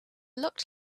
looked